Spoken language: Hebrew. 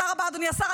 תודה רבה, אדוני השר.